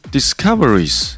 Discoveries 》